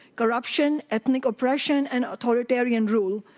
corruption, ethnic corruption, and authoritarian rule.